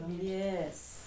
Yes